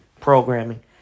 programming